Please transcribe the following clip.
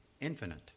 Infinite